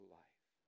life